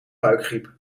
buikgriep